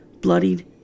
bloodied